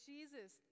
Jesus